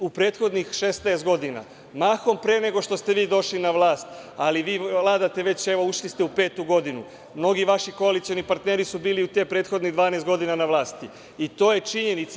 U prethodnih 16 godina, mahom pre nego što ste vi došli na vlast, ali vi vladate već evo ušli ste u petu godinu, mnogi vaši koalicioni partneri su bili u tih prethodnih 12 godina na vlasti i to je činjenica.